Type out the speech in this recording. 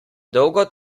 dolgo